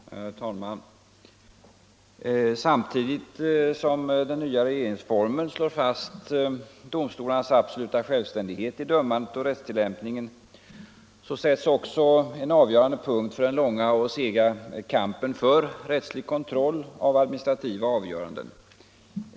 Herr talman! Samtidigt som den nya regeringsformen slår fast domstolarnas absoluta självständighet i dömandet och rättstillämpningen, sätts också punkt för den långa och sega kampen för rättslig kontroll av administrativa avgöranden.